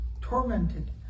tormented